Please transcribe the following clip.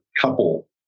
couple